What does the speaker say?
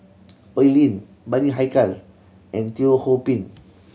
Oi Lin Bani Haykal and Teo Ho Pin